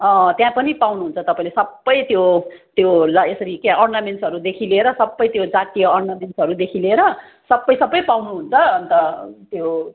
त्यहाँ पनि पाउनुहुन्छ तपाईँले सबै त्यो त्योहरू ला यसरी क्या अर्नामेन्ट्सहरूदेखि लिएर त्यो सबै जातीय अर्नामेन्ट्सहरूदेखि लिएर सबै सबै पाउनुहुन्छ अन्त त्यो